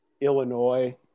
Illinois